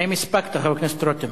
האם הספקת, חבר הכנסת רותם?